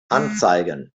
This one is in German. anzeigen